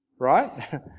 Right